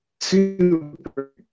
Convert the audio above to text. super